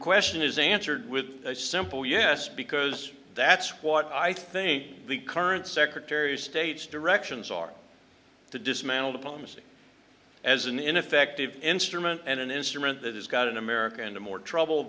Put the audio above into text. question is answered with a simple yes because that's what i think the current secretary of state's directions are to dismantle diplomacy as an ineffective instrument and an instrument that has got in america into more trouble